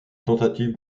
tentatives